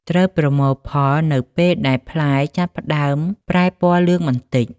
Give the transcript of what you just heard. ត្រូវប្រមូលផលនៅពេលដែលផ្លែចាប់ផ្តើមប្រែពណ៌លឿងបន្តិច។